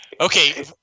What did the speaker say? okay